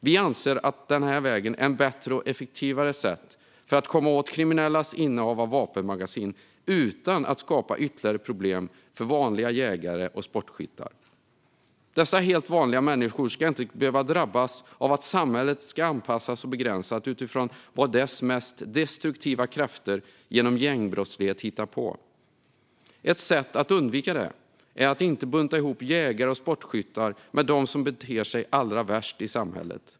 Vi anser att denna väg är ett bättre och effektivare sätt att komma åt kriminellas innehav av vapenmagasin utan att skapa ytterligare problem för vanliga jägare och sportskyttar. Dessa helt vanliga människor ska inte behöva drabbas av att samhället ska anpassas och begränsas utifrån vad dess mest destruktiva krafter genom gängbrottslighet hittar på. Ett sätt att undvika detta är att inte bunta ihop jägare och sportskyttar med dem som beter sig allra värst i samhället.